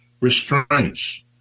restraints